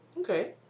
Okay